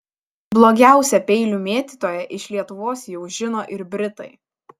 blogiausią peilių mėtytoją iš lietuvos jau žino ir britai